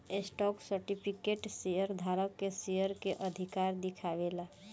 stock certificate share धारक के share के अधिकार दिखावे ला